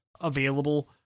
available